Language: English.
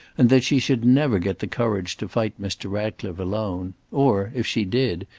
and that she should never get the courage to fight mr. ratcliffe alone, or, if she did,